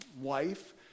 wife